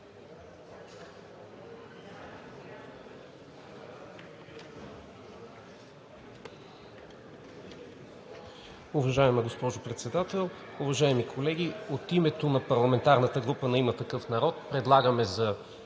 Уважаема госпожо Председател, уважаеми колеги! От името на парламентарната група на „Има такъв народ“ предлагам за